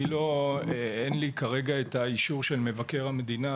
אין לי כרגע את האישור של מבקר המדינה,